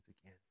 again